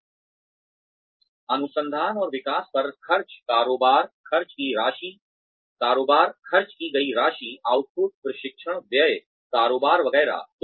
तो अनुसंधान और विकास पर खर्च कारोबार खर्च की गई राशि आउटपुट प्रशिक्षण व्यय कारोबार वगैरह